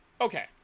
Okay